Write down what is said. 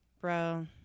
Bro